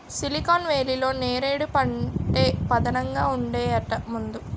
silicon వేలీలో నేరేడు పంటే పదానంగా ఉండేదట ముందు